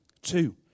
Two